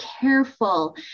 careful